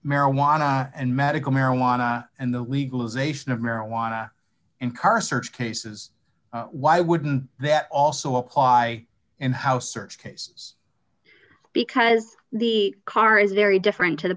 marijuana and medical marijuana and the legalization of marijuana and cursors cases why wouldn't that also apply and how search cases because the car is very different to the